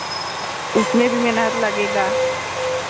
उसमें भी मेनहत लगेगा